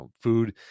food